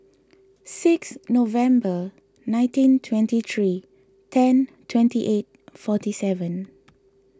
sixth November nineteen twenty three ten twenty eight forty seven